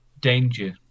danger